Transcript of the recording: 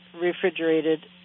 refrigerated